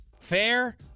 Fair